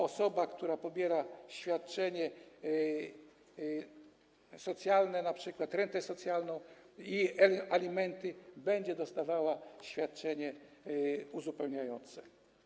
Osoba, która pobiera świadczenie socjalne, np. rentę socjalną i alimenty, będzie dostawała świadczenie uzupełniające.